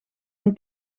hun